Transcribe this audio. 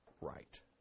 right